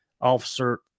officer